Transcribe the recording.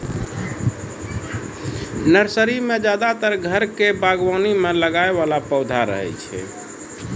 nursery मॅ ज्यादातर घर के बागवानी मॅ लगाय वाला पौधा रहै छै